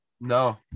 No